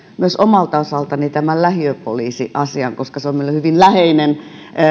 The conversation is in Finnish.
myös omalta osaltani esille lähiöpoliisiasian koska se on meille hyvin läheinen